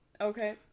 Okay